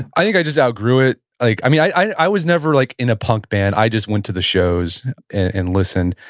i think i just outgrew it. like yeah i i was never like in a punk band, i just went to the shows and listened.